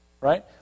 Right